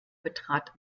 betrat